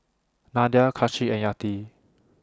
Nadia Kasih and Yati